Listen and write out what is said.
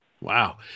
Wow